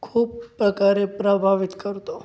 खूप प्रकारे प्रभावित करतो